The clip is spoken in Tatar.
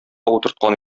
утырткан